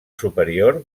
superior